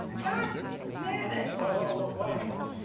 god damn it. what, what, what, what, what?